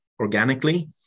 organically